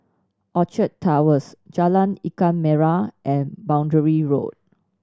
Orchard Towers Jalan Ikan Merah and Boundary Road